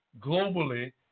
globally